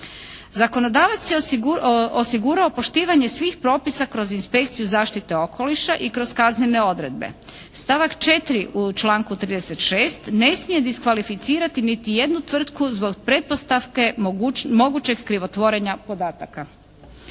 Zakonodavac je osigurao poštivanje svih propisa kroz inspekciju zaštite okoliša i kroz kaznene odredbe. Stavak 4. u članku 36. ne smije diskvalificirati niti jednu tvrtku zbog pretpostavke mogućeg krivotvorenja podataka.